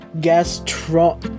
Gastro